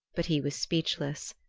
but he was speechless.